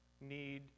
need